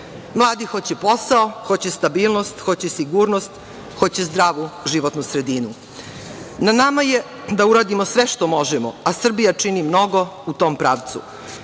Mladi hoće posao, hoće stabilnost, hoće sigurnost, hoće zdravu životnu sredinu. Na nama je da uradimo sve što možemo, a Srbija čini mnogo u tom pravcu.